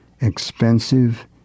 expensive